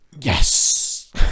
Yes